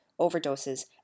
overdoses